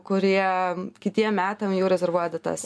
kurie kitiem metam jau rezervuoja datas